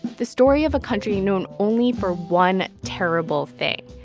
the story of a country known only for one terrible thing,